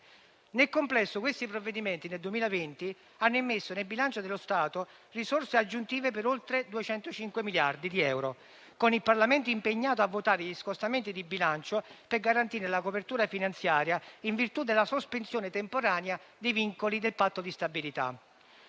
Nel complesso, questi provvedimenti del 2020 hanno immesso nel bilancio dello Stato risorse aggiuntive per oltre 205 miliardi di euro, con il Parlamento impegnato a votare gli scostamenti di bilancio per garantire la copertura finanziaria in virtù della sospensione temporanea dei vincoli del Patto di stabilità.